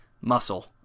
muscle